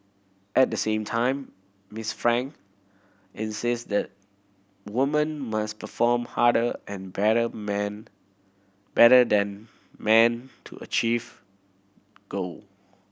at the same time Miss Frank insist that woman must perform harder and better man better than man to achieve goal